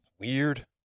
weird